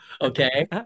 Okay